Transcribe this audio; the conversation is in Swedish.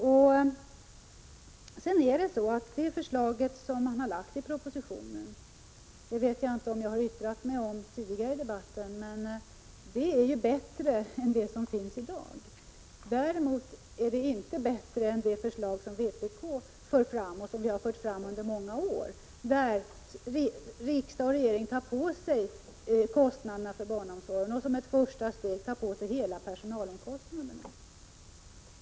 Jag vet inte om jag yttrat mig om det tidigare i debatten, men jag vill betona att de förslag som finns i propositionen innebär ett system som är bättre än det som finns i dag. Det är däremot inte bättre än det förslag som vpk för fram nu och har fört fram under många år. Det innebär att riksdag och regering tar på sig kostnaderna för barnomsorgen och som ett första steg tar på sig hela personalkostnaden.